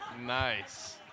nice